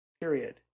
period